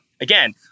again